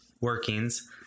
workings